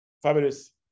Fabulous